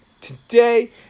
today